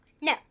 No